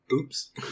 Oops